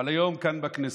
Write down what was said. אבל היום כאן בכנסת,